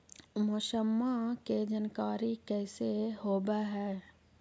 मौसमा के जानकारी कैसे होब है?